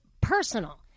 personal